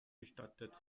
bestattet